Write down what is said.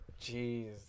Jeez